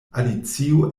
alicio